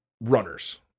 runners